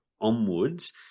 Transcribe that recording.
onwards